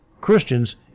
Christians